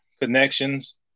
connections